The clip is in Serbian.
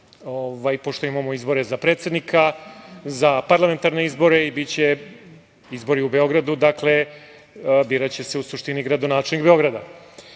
pošto imamo izbore za predsednika, parlamentarne izbore i biće izbori u Beogradu, biraće se u suštini gradonačelnik Beograda. Koliko